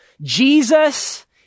Jesus